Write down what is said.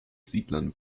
siedlern